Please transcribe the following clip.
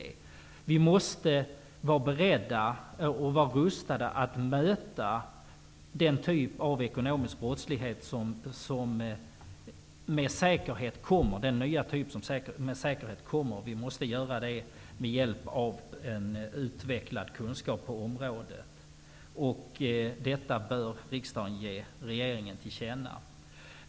Vi måste vara rustade för att möta den nya typ av ekonomisk brottslighet som med säkerhet kommer. Det måste göras med hjälp av en utvecklad kunskap på området. Detta bör riksdagen ge regeringen till känna.